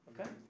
okay